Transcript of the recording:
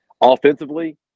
offensively